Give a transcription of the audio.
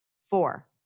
Four